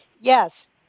yes